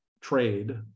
trade